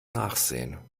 nachsehen